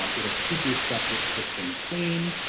um it'll keep your septic system clean.